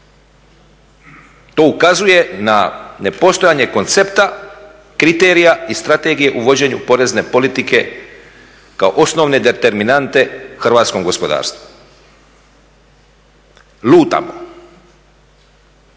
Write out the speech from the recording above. To ukazuje na nepostojanje koncepta kriterija i strategije u vođenju porezne politike kao osnove determinante hrvatskom gospodarstvu. Lutamo